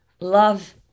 love